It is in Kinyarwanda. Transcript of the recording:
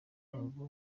ngo